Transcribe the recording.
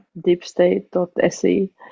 deepstate.se